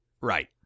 Right